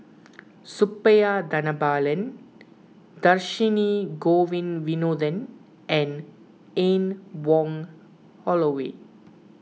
Suppiah Dhanabalan Dhershini Govin Winodan and Anne Wong Holloway